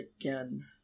again